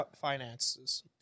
finances